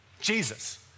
Jesus